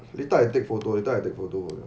later I take photo later I take photo